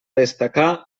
destacar